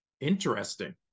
Interesting